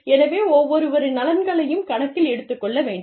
எனவே ஒவ்வொருவரின் நலன்களையும் கணக்கில் எடுத்துக் கொள்ள வேண்டும்